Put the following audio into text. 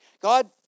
God